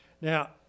Now